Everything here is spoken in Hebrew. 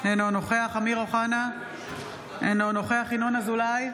אינו נוכח אמיר אוחנה, אינו נוכח ינון אזולאי,